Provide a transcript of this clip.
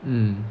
mm